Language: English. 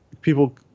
People